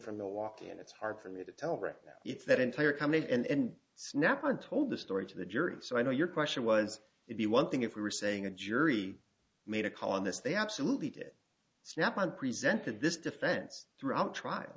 from milwaukee and it's hard for me to tell right now it's that entire come and snap and told the story to the jury so i know your question was would be one thing if we were saying a jury made a call on this they absolutely did snap on presented this defense throughout trial